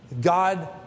God